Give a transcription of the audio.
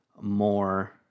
more